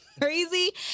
crazy